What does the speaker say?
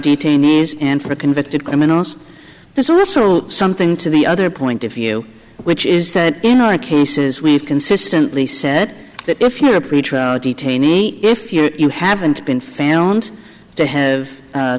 detainees and for convicted criminals there's also something to the other point of view which is that in our cases we have consistently said that if you are a preacher detainee if you are you haven't been found to have